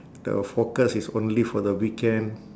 the forecast is only for the weekend